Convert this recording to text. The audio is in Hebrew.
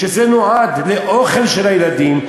שזה נועד לאוכל של הילדים,